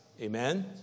Amen